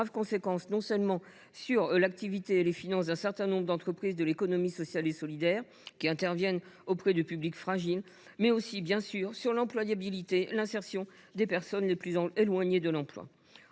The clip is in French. conséquences, non seulement sur l’activité et les finances d’un certain nombre d’entreprises de l’économie sociale et solidaire, qui interviennent auprès de publics fragiles, mais aussi, bien sûr, sur l’employabilité et l’insertion des personnes les plus éloignées de l’emploi.